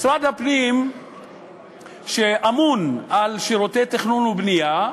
משרד הפנים ממונה על שירותי תכנון ובנייה,